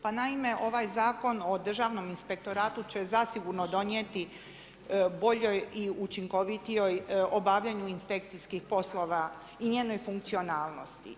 Pa naime ovaj Zakon o Državnom inspektoratu će zasigurno donijeti boljoj i učinkovitijoj, obavljanju inspekcijskih poslova i njenoj funkcionalnosti.